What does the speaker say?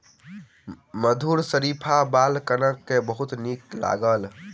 मधुर शरीफा बालकगण के बहुत नीक लागल